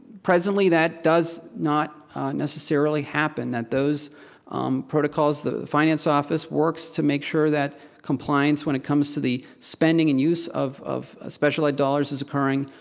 presently that does not necessarily happen, that those protocols, the finance office works to make sure that compliance when it comes to the spending and use of of ah special ed dollars is occurring.